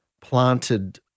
planted